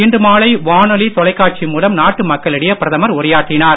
இன்று மாலை வானொலி தொலைக்காட்சி மூலம் நாட்டு மக்களிடையே பிரதமர் உரையாற்றினார்